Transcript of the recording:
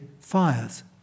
fires